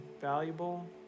valuable